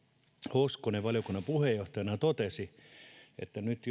hoskonen valiokunnan puheenjohtajana totesi nyt